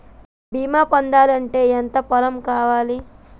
బీమా పొందాలి అంటే ఎంత పొలం కావాలి?